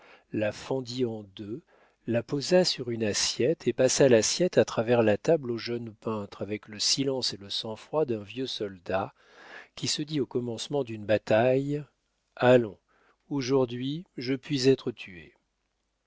la fendit en deux la posa sur une assiette et passa l'assiette à travers la table au jeune peintre avec le silence et le sang-froid d'un vieux soldat qui se dit au commencement d'une bataille allons aujourd'hui je puis être tué